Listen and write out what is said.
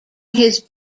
his